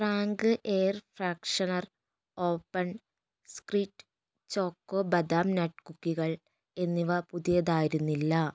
Frank air freshener open script choco ബദാം നട്ട്കുക്കികൾ എന്നിവ പുതിയതായിരുന്നില്ല